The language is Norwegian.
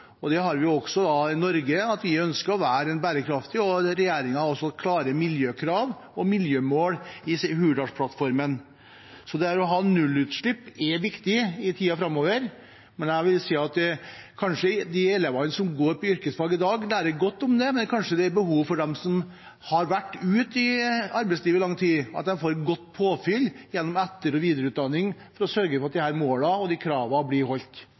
og bærekraftige region, og vi har også sagt i Norge at vi ønsker å være bærekraftig. Regjeringen har også klare miljøkrav og miljømål i Hurdalsplattformen. Det å ha nullutslipp er viktig i tiden framover. Jeg vil si at kanskje de elevene som går på yrkesfag i dag, lærer godt om det, men kanskje det er behov for at de som har vært ute i arbeidslivet i lang tid, får godt påfyll gjennom etter- og videreutdanning, for å sørge for at disse målene og kravene blir holdt.